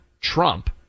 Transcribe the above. Trump